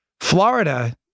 Florida